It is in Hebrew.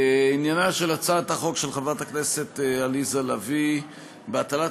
עניינה של הצעת החוק של חברת הכנסת עליזה לביא בהטלת